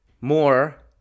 more